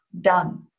done